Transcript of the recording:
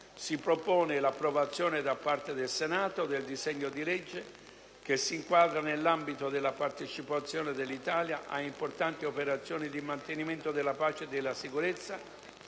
si propone l'approvazione da parte del Senato del disegno di legge che si inquadra nell'ambito della partecipazione dell'Italia ad importanti operazioni di mantenimento della pace e della sicurezza